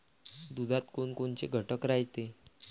दुधात कोनकोनचे घटक रायते?